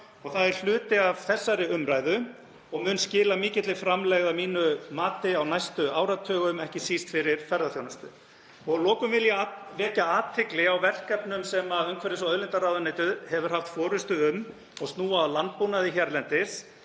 og er hluti af þessari umræðu og mun skila mikilli framlegð að mínu mati á næstu áratugum, ekki síst fyrir ferðaþjónustu. Að lokum vil ég vekja athygli á verkefnum sem umhverfis- og auðlindaráðuneytið hefur haft forystu um og snúa að landbúnaði hérlendis.